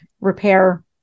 repair